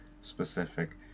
specific